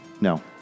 No